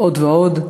עוד ועוד,